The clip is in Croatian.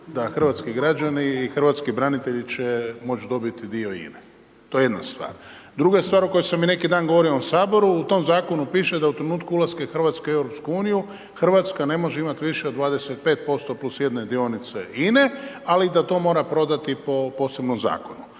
da hrvatski građani i hrvatski branitelji će moći dobiti dio INA-e. To je jedna stvar. Druga stvar o kojoj sam i neki dan govorio u ovom Saboru, u tom Zakonu piše da u trenutku ulaska Hrvatske u EU Hrvatska ne može imati više od 25% plus jedne dionice INA-e, ali da to mora prodati po posebnom Zakonu.